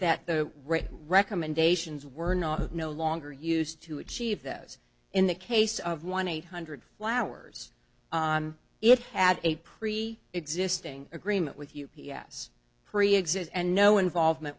that the recommendations were not no longer used to achieve those in the case of one eight hundred flowers on it had a pre existing agreement with u b s preexists and no involvement